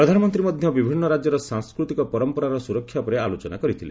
ପ୍ରଧାନମନ୍ତ୍ରୀ ମଧ୍ୟ ବିଭିନ୍ନ ରାଜ୍ୟର ସାଂସ୍କୃତିକ ପରମ୍ପରାର ସ୍ୱରକ୍ଷା ଉପରେ ଆଲୋଚନା କରିଥିଲେ